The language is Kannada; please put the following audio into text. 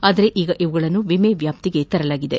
ಆದರೆ ಈಗ ಇವುಗಳನ್ನು ವಿಮೆ ವ್ಯಾಪ್ತಿಗೆ ತರಲಾಗಿದೆ